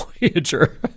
Voyager